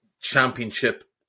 championship